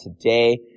today